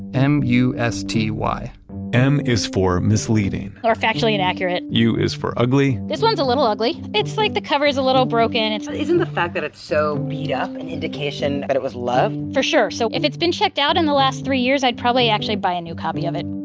m u s t y m is for misleading or factually inaccurate u is for ugly this one's a little ugly. it's like the cover's a little broken ah isn't the fact that it's so beat up an indication that it was loved? for sure. so if it's been checked out in the last three years, i'd probably actually buy a new copy of it.